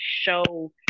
show